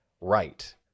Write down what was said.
right